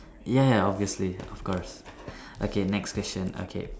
ya ya obviously of course okay next question okay